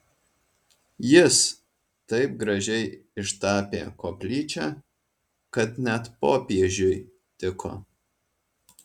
jis taip gražiai ištapė koplyčią kad net popiežiui tiko